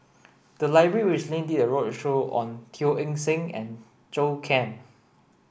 the library recently did a roadshow on Teo Eng Seng and Zhou Can